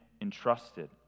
entrusted